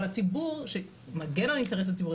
אבל הציבור שמגן על האינטרס הציבורי,